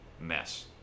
mess